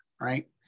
Right